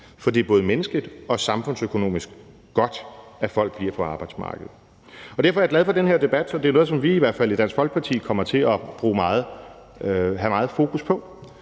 For det er både menneskeligt og samfundsøkonomisk godt, at folk bliver på arbejdsmarkedet. Derfor er jeg glad for den her debat, og det er noget, som vi i Dansk Folkeparti i hvert fald kommer til at have meget fokus på,